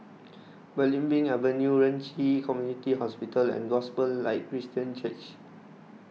Belimbing Avenue Ren Ci Community Hospital and Gospel Light Christian Church